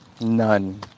None